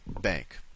bank